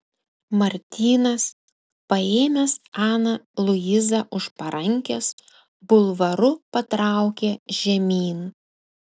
martynas paėmęs aną luizą už parankės bulvaru patraukė žemyn